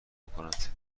بکنند